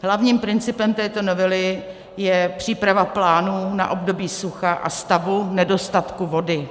Hlavním principem této novely je příprava plánů na období sucha a stavu nedostatku vody.